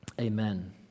Amen